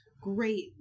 great